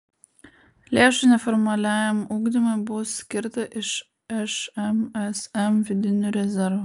lėšų neformaliajam ugdymui bus skirta iš šmsm vidinių rezervų